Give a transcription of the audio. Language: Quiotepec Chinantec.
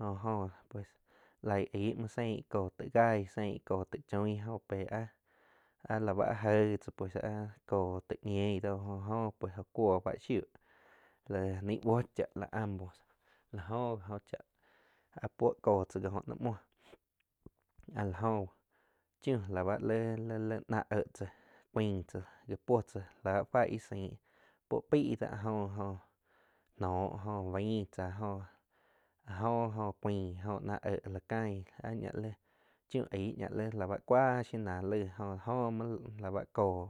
Jo-jo pues laig aig muo sein ko taig jaig sein kó taig choin jóh pe áh la ba jé ji tzá cha áh kó taig ñein dóh jó oh pues jo cuoh va shiu la ni buó chá la ambos la jho gi jo chá áh puo kó tsáh koh nóh muoh áh la jó chiu la ba lei-lei náh éh tzá cuiag tza gá puo tza, fáh ih saing puo paí da áh jó noh jo baing tsa jo áh jó jo cuian na éhh la cain áh ñá lí chiu aig la bá cuaa shiu náh lai jó óh lá bá kóh,